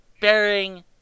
bearing